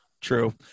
True